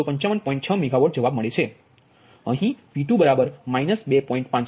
6 megawatt જ્વાબ મળે છે અહી P2 2